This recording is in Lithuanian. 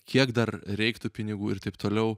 kiek dar reiktų pinigų ir taip toliau